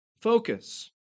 focus